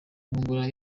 bungura